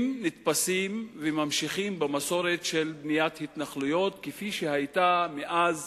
אם נתפסים וממשיכים במסורת של בניית התנחלויות כפי שהיתה מאז